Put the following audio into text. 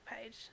page